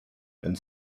and